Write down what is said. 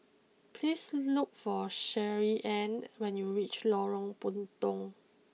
please look for Shirleyann when you reach Lorong Puntong